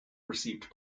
received